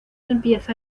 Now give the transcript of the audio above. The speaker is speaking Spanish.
empieza